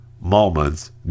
moments